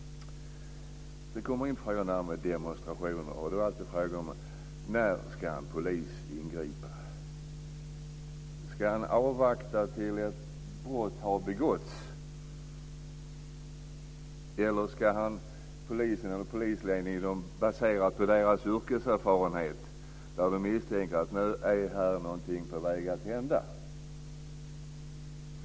Sedan kommer jag in på frågan om demonstrationer. Det är alltid frågan om när en polis ska ingripa. Ska han avvakta tills ett brott har begåtts? Eller ska polisen eller polisledningen basera det på yrkeserfarenheten när de misstänker att någonting är på väg att hända?